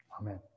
Amen